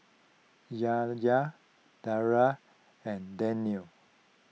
Yahya Dara and Daniel